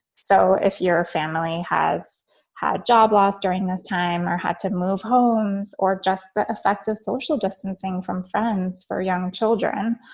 so if your family has had job loss during this time or had to move homes or just the effect of social distancing from friends for young children,